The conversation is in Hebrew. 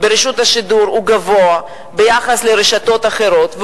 ברשות השידור הוא גבוה ביחס לרשתות אחרות,